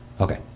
Okay